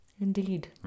Indeed